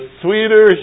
sweeter